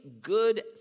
good